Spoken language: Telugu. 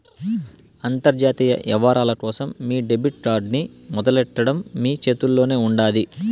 అంతర్జాతీయ యవ్వారాల కోసం మీ డెబిట్ కార్డ్ ని మొదలెట్టడం మీ చేతుల్లోనే ఉండాది